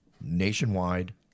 nationwide